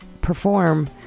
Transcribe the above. perform